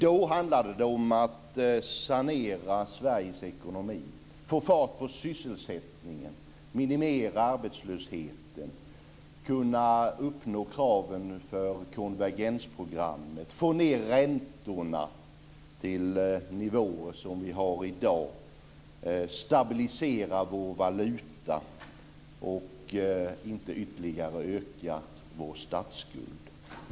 Då handlade det om att sanera Sveriges ekonomi, få fart på sysselsättningen, minimera arbetslösheten, uppnå kraven i konvergensprogrammet, få ned räntorna till nivåer som vi har i dag, stabilisera vår valuta och inte ytterligare öka vår statsskuld.